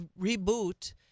reboot